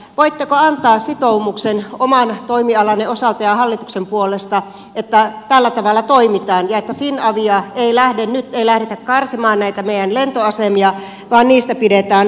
voitteko antaa sitoumuksen oman toimialanne osalta ja hallituksen puolesta että tällä tavalla toimitaan ja että finavia ei lähde nyt ei lähdetä karsimaan näitä meidän lentoasemia vaan niistä pidetään huolta